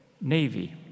Navy